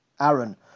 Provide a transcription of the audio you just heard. Aaron